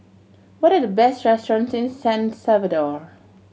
what are the best restaurants in San Salvador